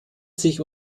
sich